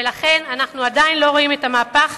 ולכן אנחנו עדיין לא רואים את המהפך,